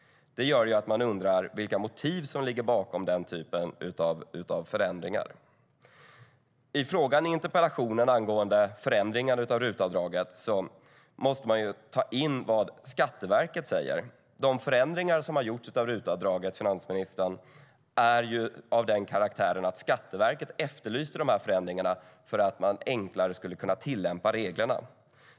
Det gör att man undrar vilka motiv som ligger bakom den typen av förändringar. I frågan i min interpellation angående förändringar av RUT-avdraget måste man ta in vad Skatteverket säger. De förändringar som har gjorts av RUT-avdraget, finansministern, är av den karaktären att Skatteverket efterlyste förändringarna för att det skulle vara enklare att tillämpa reglerna.